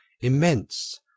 immense